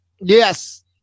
yes